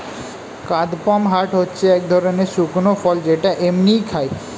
কাদপমহাট হচ্ছে এক ধরণের শুকনো ফল যেটা এমনিই খায়